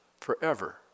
forever